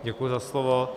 Děkuji za slovo.